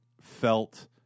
felt